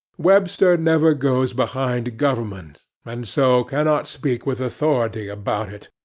webster never goes behind government, and so cannot speak with authority about it.